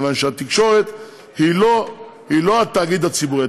כיוון שהתקשורת היא לא התאגיד הציבורי.